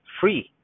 free